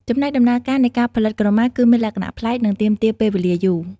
ចំណែកដំណើរការនៃការផលិតក្រមាគឺមានលក្ខណៈប្លែក និងទាមទារពេលវេលាយូរ។